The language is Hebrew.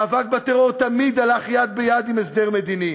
מאבק בטרור תמיד הלך יד ביד עם הסדר מדיני.